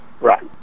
Right